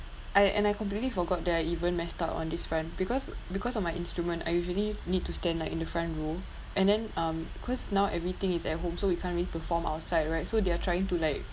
I and I completely forgot that I even messed up on this front because because of my instrument I usually need to stand like in the front row and then um because now everything is at home so we can't really perform outside right so they are trying to like